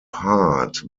heart